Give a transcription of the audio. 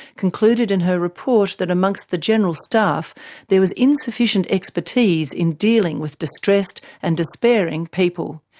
concluded in her report that amongst the general staff there was insufficient expertise in dealing with distressed and despairing people.